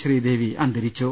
ശ്രീദേവി അന്തരിച്ചു